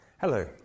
Hello